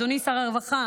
אדוני שר הרווחה,